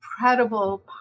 incredible